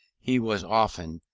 he was often,